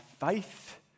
faith